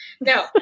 No